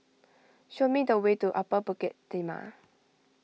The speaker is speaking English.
show me the way to Upper Bukit Timah